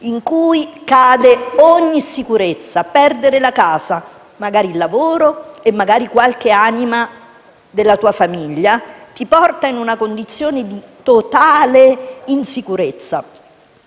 viene meno ogni sicurezza: perdere la casa, il lavoro, e magari qualche anima della tua famiglia ti porta in una condizione di totale insicurezza.